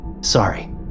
sorry